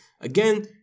Again